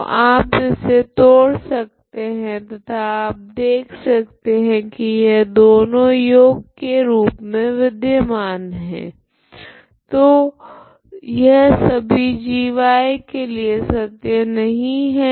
तो आप इसे तोड़ सकते है तथा आप देख सकते है की यह दोनों योग के रूप मे विधमन है तो यह सभी g के लिए सत्य नहीं है